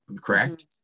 correct